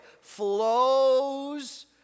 flows